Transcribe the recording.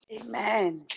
Amen